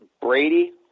Brady